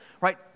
Right